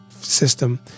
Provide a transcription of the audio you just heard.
system